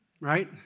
right